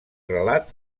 relat